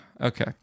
okay